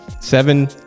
Seven